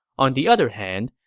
on the other hand,